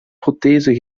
prothese